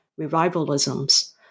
revivalisms